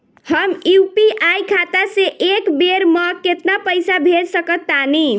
हम यू.पी.आई खाता से एक बेर म केतना पइसा भेज सकऽ तानि?